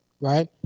right